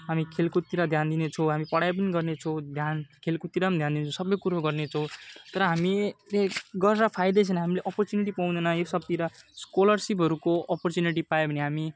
हामी खेलकुदतिर ध्यान दिने छौँ हामी पढाइ पनि गर्ने छौँ ध्यान खेलकुदतिर पनि ध्यान दिने छौँ सबै कुरो गर्ने छौँ तर हामीले गरेर फाइदा छैन हामीले अपर्च्युनिटी पाउँदैन यो सबतिर स्कलरसिपहरूको अपर्च्युनिटी पायो भने हामी